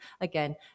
again